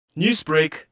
Newsbreak